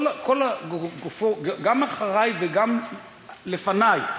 גם אחרי וגם לפני,